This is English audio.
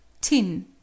Tin